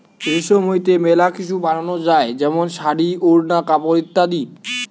রেশম হইতে মেলা কিসু বানানো যায় যেমন শাড়ী, ওড়না, কাপড় ইত্যাদি